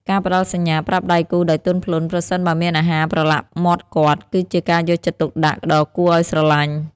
ការផ្ដល់សញ្ញាប្រាប់ដៃគូដោយទន់ភ្លន់ ប្រសិនបើមានអាហារប្រឡាក់មាត់គាត់ គឺជាការយកចិត្តទុកដាក់ដ៏គួរឱ្យស្រឡាញ់។